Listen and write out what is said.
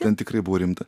ten tikrai buvo rimta